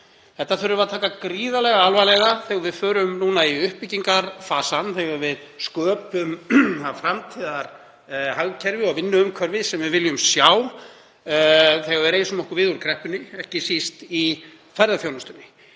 Þetta þurfum við að taka gríðarlega alvarlega þegar við förum núna í uppbyggingarfasann, þegar við sköpum það framtíðarhagkerfi og vinnuumhverfi sem við viljum sjá þegar við reisum okkur við úr kreppunni, ekki síst í ferðaþjónustunni.